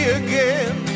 again